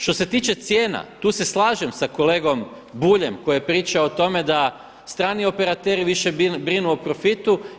Što se tiče cijena, tu se slažem sa kolegom Buljem koji je pričao o tome da strani operateri više brinu o profitu.